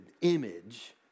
image